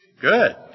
Good